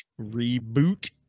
reboot